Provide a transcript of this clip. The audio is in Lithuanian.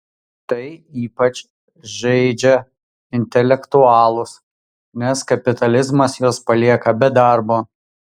tai ypač žeidžia intelektualus nes kapitalizmas juos palieka be darbo